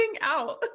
out